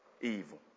evil